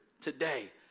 today